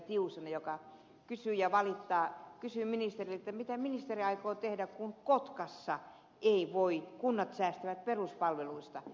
tiusanen joka kysyy ja valittaa kysyy ministeriltä mitä ministeri aikoo tehdä kun kotkassa kunnat säästävät peruspalveluista